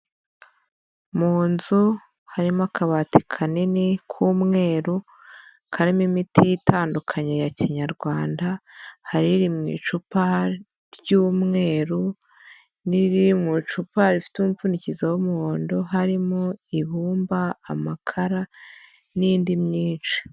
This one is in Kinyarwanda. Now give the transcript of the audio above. Mu nzu harimo akabati kanini k'umweru karimo imiti itandukanye ya Kinyarwanda hari iri mu icupa ry'umweru n'iri mu icupa rifite umuvunikizo w'umuhondo harimo ibumba, amakara n'indi myinshi.